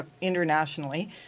internationally